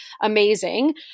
Amazing